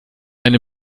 einen